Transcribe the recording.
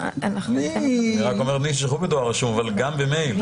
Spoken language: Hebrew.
אני אומר שישלחו גם בדואר רשום וגם במייל.